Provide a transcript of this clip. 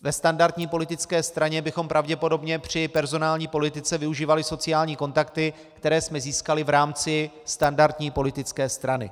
Ve standardní politické straně bychom pravděpodobně při personální politice využívali sociální kontakty, které jsme získali v rámci standardní politické strany.